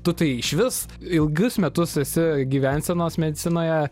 tu tai išvis ilgus metus esi gyvensenos medicinoje